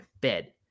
bed